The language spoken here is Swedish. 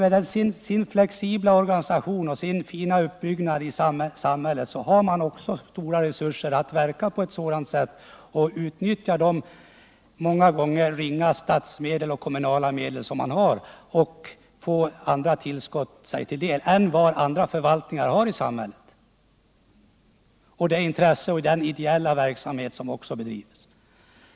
Med sin flexibla organisation och fina uppbyggnad har idrottsorganisationerna kanske större möjligheter än andra institutioner i samhället att utöka de resurser man får genom de ofta ringa statliga och kommunala bidragen med tillskott från andra håll och utnyttja dem på ett riktigt sätt i den ideella verksamhet som bedrivs.